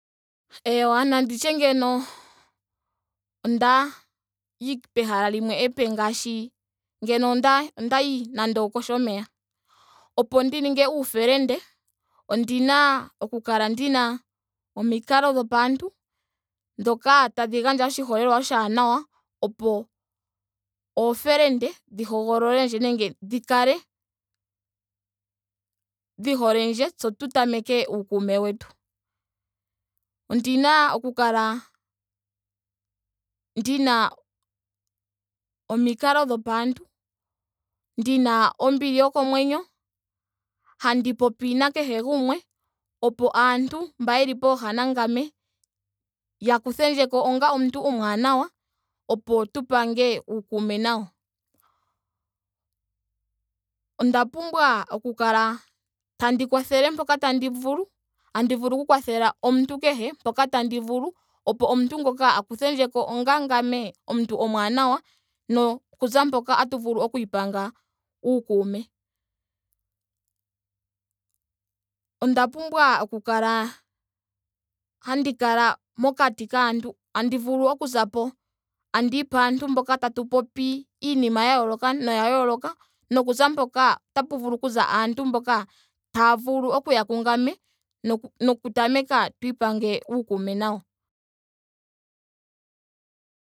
Eewa nandi tye ngeno onda yi pehala limwe epe ngaashi ngeno ondayi ondayi nando okoshomeya. Opo ndi ninge uufelende ondina oku kala ndina omikalo dhopaantu dhoka tadhi gandja oshiholelwa oshaanawa opo oofelende dhi hogololendje nenge dhi kale dhi hole ndje tse tu tameke uukume wetu. Ondina oku kala ndina omikalo dhopaantu. ndina aombili yokomwenyo. handi popi nakehe gumwe opo aantu mba yeli pooha nangame ya kuthendjeko onga omuntu omwaanawa opo tu pange uukuume nayo. onda pumbwa ndi kale tandi kwathele mpoka tandi vulu. tandi vulu oku kwathela omuntu kehe mpoka tandi vulu opo omuntu ngoka a kuthendjeko onga ngame omuntu omwaanawa noku za mpoka otatu vulu oku ipanga uukuume. Onda pumbwa oku kala handi mokati tandi vulu okuzapo tandi yi paantu mpoka tatu popi iinima ya yooloka noya yooloka. nokuza mpoka otapu vulu okuza aantu mboka taa vulu okuya kungame noku noku tameka tu ipange uukuume nayo.